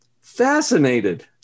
Fascinated